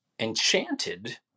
enchanted